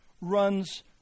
runs